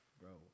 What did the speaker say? bro